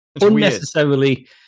unnecessarily